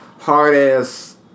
hard-ass